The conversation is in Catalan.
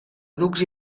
ducs